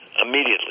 Immediately